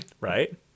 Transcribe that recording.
Right